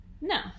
No